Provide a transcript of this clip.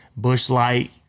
Bushlight